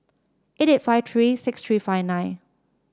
eight eight five three six three five nine